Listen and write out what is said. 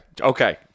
Okay